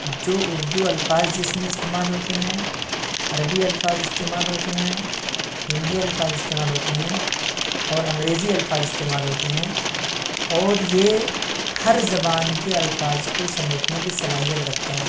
جو اردو الفاظ جس میں استعمال ہوتے ہیں عربی الفاظ استعمال ہوتے ہیں ہندی الفاظ استعمال ہوتے ہیں اور انگریزی الفاظ استعمال ہوتے ہیں اور یہ ہر زبان کے الفاظ کو سمیٹنے کی صلاحیت رکھتا ہے